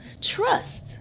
trust